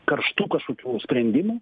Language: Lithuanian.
karštų kažkokių sprendimų